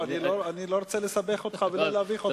אני לא רוצה לסבך ולהביך אותך,